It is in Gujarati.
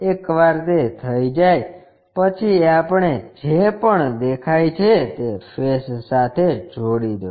એકવાર તે થઈ જાય પછી આપણે જે પણ દેખાય તે ફેસ સાથે જોડી દો